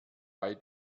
bei